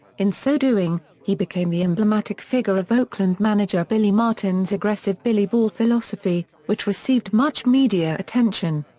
in so doing, he became the emblematic figure of oakland manager billy martin's aggressive billy ball philosophy, which received much media attention.